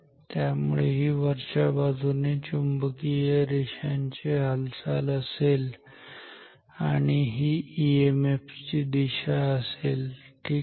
त्यामुळे ही वरच्या बाजूने चुंबकीय रेषांची हालचाल असेल आणि ही ईएमएफ ची दिशा असेल ठीक आहे